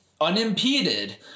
unimpeded